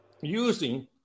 using